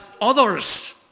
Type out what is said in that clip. others